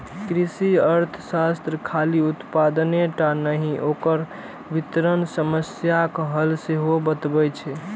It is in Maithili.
कृषि अर्थशास्त्र खाली उत्पादने टा नहि, ओकर वितरण समस्याक हल सेहो बतबै छै